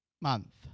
month